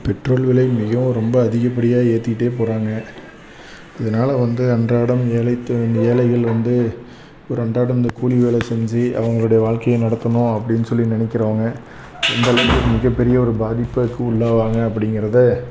petrol விலை மிகவும் ரொம்ப அதிகப்படியாக ஏற்றிக்கிட்டே போகறாங்க இதனால் வந்து அன்றாடம் வேலை தெ வேலைகள் வந்து ஒரு அன்றாடம் இந்த கூலி வேல செஞ்சு அவங்களுடைய வாழ்க்கைய நடத்தணும் அப்படின்னு சொல்லி நினைக்கிறவங்க எந்தளவுக்கு மிகப்பெரிய ஒரு பாதிப்புக்கு உள்ளாவாங்க அப்படிங்கிறத